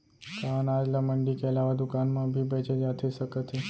का अनाज ल मंडी के अलावा दुकान म भी बेचे जाथे सकत हे?